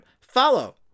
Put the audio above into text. Follow